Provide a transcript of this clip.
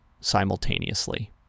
simultaneously